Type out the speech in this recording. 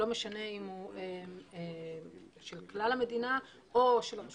לא משנה אם הוא של כלל המדינה או של הרשות